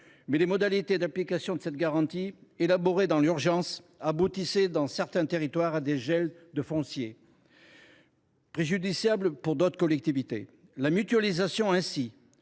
Mais les modalités d’application de cette garantie, élaborées dans l’urgence, aboutissaient dans certains territoires à des gels de foncier, préjudiciables pour d’autres collectivités. Ainsi, la mutualisation pourra